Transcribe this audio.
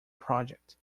project